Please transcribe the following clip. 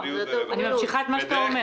אני ממשיכה את מה שאתה אומר.